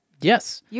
Yes